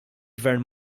gvern